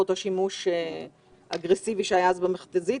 באותו שימוש אגרסיבי שהיה אז במכת"זית.